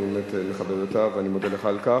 אני באמת מכבד אותך ואני מודה לך על כך.